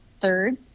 Third